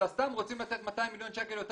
אלא סתם רוצים לתת 200 מיליון שקל יותר